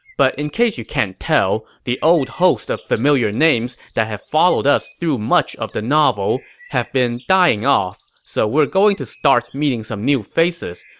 but in case you can't tell, the old host of familiar names that have followed us through much of the novel have been dying off, so we're going to start meeting some new faces,